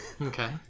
Okay